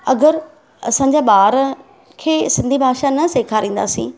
अगरि असांजा ॿार खे सिंधी भाषा न सेखारींदासीं